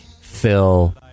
Phil